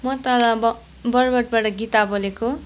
म तल बर बरबोटबाट गीता बोलेको